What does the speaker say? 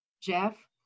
Jeff